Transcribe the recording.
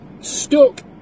stuck